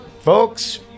Folks